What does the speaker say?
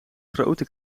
grote